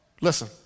Listen